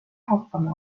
hakkame